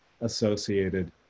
associated